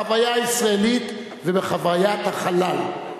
בחוויה הישראלית ובחוויות החלל,